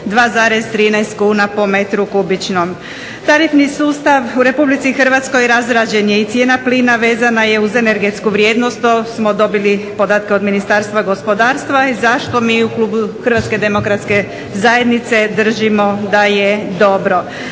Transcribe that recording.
2,13 kuna po metru kubičnom. Tarifni sustav u Republici Hrvatskoj razrađen je i cijena plina vezana je uz energetsku vrijednost. To smo dobili podatke od Ministarstva gospodarstva. I zašto mi u klubu Hrvatske demokratske zajednice držimo da je dobro.